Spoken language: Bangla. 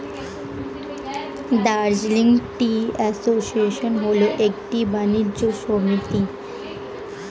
দার্জিলিং টি অ্যাসোসিয়েশন হল একটি বাণিজ্য সমিতি